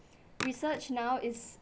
research now is